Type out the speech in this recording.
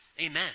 Amen